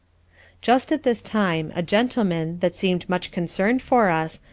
just at this time a gentleman, that seemed much concerned for us,